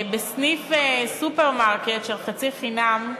בסניף סופרמרקט של "חצי חינם"